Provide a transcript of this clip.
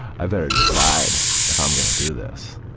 i better decide if i'm gonna do this.